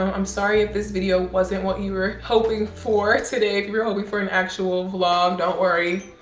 um i'm sorry if this video wasn't what you were hoping for today. if you were hoping for an actual vlog, don't worry.